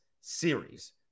series